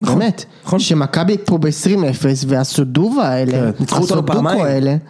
באמת, שמכבי פה ב-20-0, והסודוב האלה, נצחו אותו פעמיים.